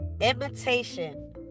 Imitation